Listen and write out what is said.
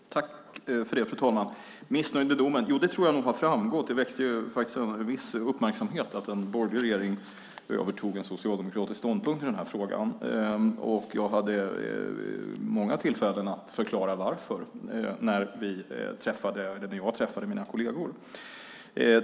Fru talman! När det gäller att vara missnöjd med domen tror jag nog att det har framgått. Det väckte faktiskt en viss uppmärksamhet att en borgerlig regering övertog en socialdemokratisk ståndpunkt i den här frågan. Och jag hade många tillfällen att förklara varför, när jag träffade mina kolleger.